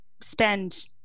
spend